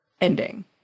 ending